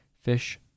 fish